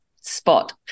spot